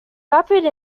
rapid